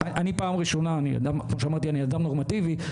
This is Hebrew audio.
כפי שאמרתי אני אדם נורמטיבי.